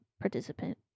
participant